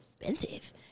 expensive